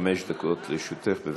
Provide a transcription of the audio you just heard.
חמש דקות לרשותך, בבקשה.